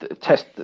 test